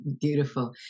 Beautiful